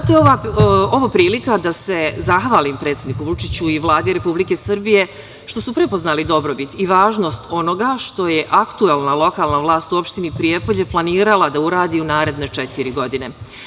Ovo je prilika da se zahvalim predsedniku Vučiću i Vladi Republike Srbije što su prepoznali dobrobit i važnost onoga što je aktuelna lokalna vlast u opštini Prijepolje planirala da uradi u naredne četiri godine.